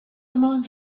moon